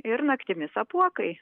ir naktimis apuokai